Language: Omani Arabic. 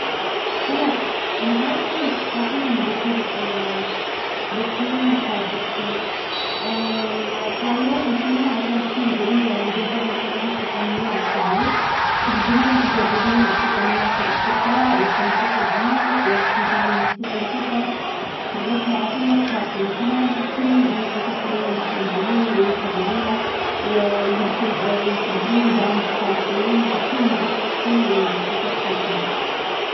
يا أخوي، فهمت خوفك من الطائرات، لكن حبيت أطمنك إن الطيران آمن جدًا. الطائرات مصممة بأحدث التقنيات لضمان سلامتنا، وفيه طواقم تدريبوا بشكل ممتاز للتعامل مع أي ظرف. لو تبي نروح مع بعض، يمكن يكون أفضل لو تسافر معي وتكون مطمئن.